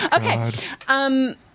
Okay